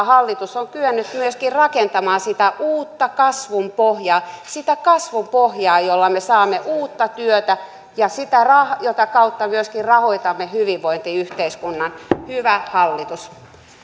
hallitus on kyennyt myöskin rakentamaan sitä uutta kasvun pohjaa sitä kasvun pohjaa jolla me saamme uutta työtä ja jota kautta myöskin rahoitamme hyvinvointiyhteiskunnan hyvä hallitus